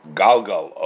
galgal